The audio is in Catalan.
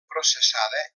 processada